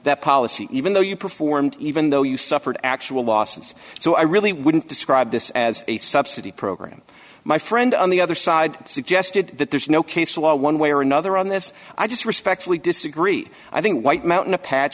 that policy even though you performed even though you suffered actual losses so i really wouldn't describe this as a subsidy program my friend on the other side suggested that there's no case law one way or another on this i just respectfully disagree i think the white mountain apach